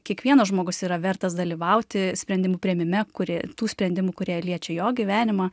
kiekvienas žmogus yra vertas dalyvauti sprendimų priėmime kurie tų sprendimų kurie liečia jo gyvenimą